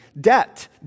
debt